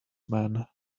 men